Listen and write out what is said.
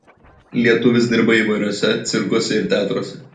lietuvis dirba įvairiuose cirkuose ir teatruose